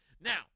Now